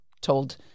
told